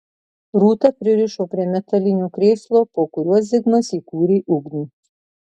rūtą pririšo prie metalinio krėslo po kuriuo zigmas įkūrė ugnį